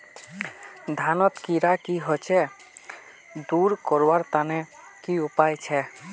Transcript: धानोत कीड़ा की होचे दूर करवार तने की उपाय छे?